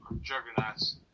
juggernauts